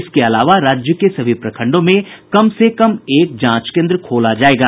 इसके अलावा राज्य के सभी प्रखंडों में कम से कम एक जांच केन्द्र खोला जायेगा